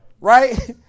Right